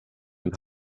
und